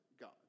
God